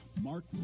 Mark